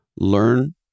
Learn